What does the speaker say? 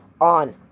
on